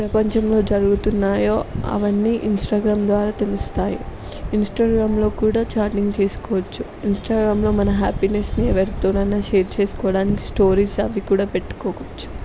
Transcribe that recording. ప్రపంచంలో జరుగుతున్నాయో అవన్నీ ఇన్స్టాగ్రామ్ ద్వారా తెలుస్తాయి ఇన్స్టాగ్రామ్లో కూడా చాటింగ్ చేసుకోవచ్చు ఇన్స్టాగ్రామ్లో మన హ్యాపీనెస్ని ఎవరితోనన్నా షేర్ చేసుకోవడానికి స్టోరీస్ అవి కూడా పెట్టుకోవచ్చు